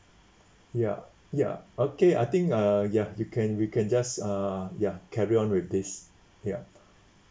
ya ya okay I think uh ya you can you can just uh ya carry on with this yeah